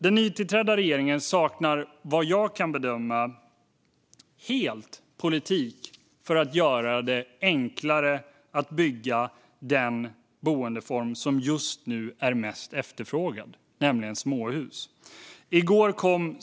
Den nytillträdda regeringen saknar, vad jag kan bedöma, helt politik för att göra det enklare att bygga den boendeform som just nu är den mest efterfrågade, nämligen småhus.